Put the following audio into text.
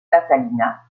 catalina